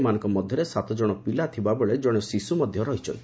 ଏମାନଙ୍କ ମଧ୍ୟରେ ସାତଜଣ ପିଲା ଥିବାବେଳେ ଜଣେ ଶିଶୁ ମଧ୍ୟ ରହିଛି